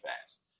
fast